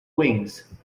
wings